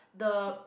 the